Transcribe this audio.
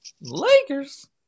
Lakers